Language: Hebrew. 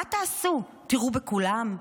מה תעשו, תירו בכולם?